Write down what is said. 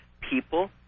people